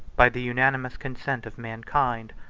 by the unanimous consent of mankind,